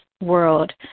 world –